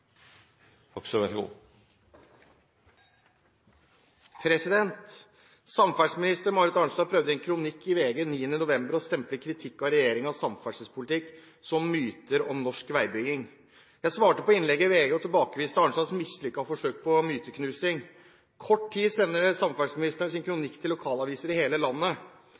Samferdselsminister Marit Arnstad prøvde i en kronikk i VG 9. november å stemple kritikk av regjeringens samferdselspolitikk som myter om norsk veibygging. Jeg svarte på innlegget i VG og tilbakeviste Arnstads mislykkede forsøk på myteknusing. Kort tid senere sender samferdselsministeren sin kronikk til lokalaviser i hele landet.